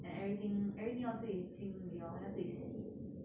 and everything everything 要自己清理 lor 要自己洗